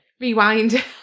Rewind